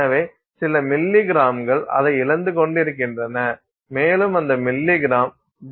எனவே சில மில்லிகிராம்கள் அதை இழந்து கொண்டிருக்கின்றன மேலும் அந்த மில்லிகிராம் தூரத்தின் செயல்பாடாகும்